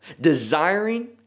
desiring